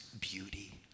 beauty